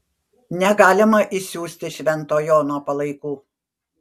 negalima išsiųsti švento jono palaikų